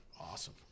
Awesome